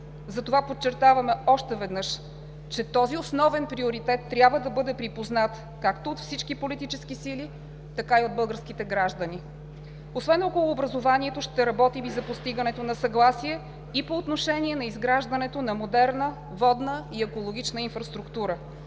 Затова подчертаваме още веднъж, че този основен приоритет трябва да бъде припознат както от всички политически сили, така и от българските граждани. Освен за образованието ще работим и за постигането на съгласие и по отношение на изграждането на модерна водна и екологична инфраструктура.